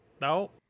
No